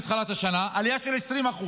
מתחילת השנה עלייה של 20%,